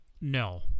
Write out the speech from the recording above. No